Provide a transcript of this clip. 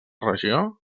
regió